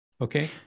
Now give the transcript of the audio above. Okay